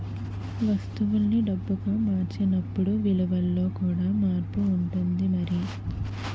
వస్తువుల్ని డబ్బుగా మార్చినప్పుడు విలువలో కూడా మార్పు ఉంటుంది మరి